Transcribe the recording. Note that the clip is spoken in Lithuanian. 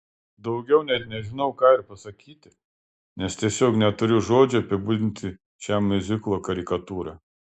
daugiau net nežinau ką ir pasakyti nes tiesiog neturiu žodžių apibūdinti šią miuziklo karikatūrą